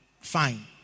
fine